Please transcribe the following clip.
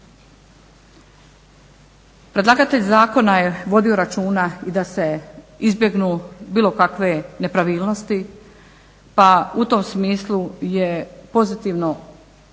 Predlagatelj zakona je vodio računa da se izbjegnu bilo kakve nepravilnosti, pa u tom smislu je pozitivno